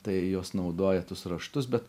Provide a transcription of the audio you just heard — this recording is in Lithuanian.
tai jos naudoja tus raštus bet